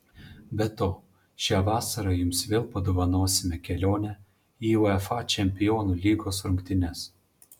be to šią vasarą jums vėl padovanosime kelionę į uefa čempionų lygos rungtynes